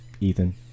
Ethan